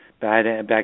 Back